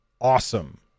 awesome